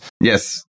Yes